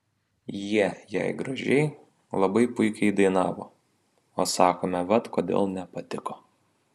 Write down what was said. jie jei gražiai labai puikiai dainavo o sakome vat kodėl nepatiko